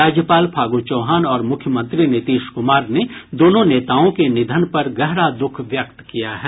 राज्यपाल फागू चौहान और मुख्यमंत्री नीतीश कुमार ने दोनों नेताओं के निधन पर गहरा दुःख व्यक्त किया है